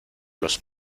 los